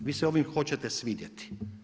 Vi se ovim hoćete svidjeti.